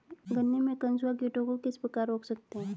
गन्ने में कंसुआ कीटों को किस प्रकार रोक सकते हैं?